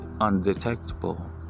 undetectable